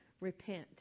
repent